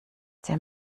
der